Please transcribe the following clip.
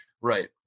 Right